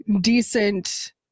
decent